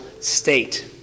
state